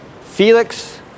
Felix